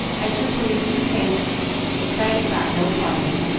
i do believe you think frank got no farther,